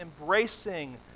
embracing